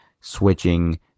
switching